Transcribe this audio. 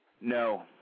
No